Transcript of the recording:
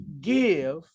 give